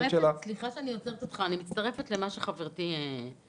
--- סליחה שאני עוצרת אותך אני מצטרפת למה שחברתי אומרת.